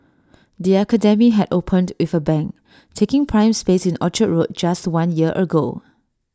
the academy had opened with A bang taking prime space in Orchard road just one year ago